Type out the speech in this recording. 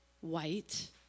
white